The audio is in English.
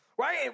right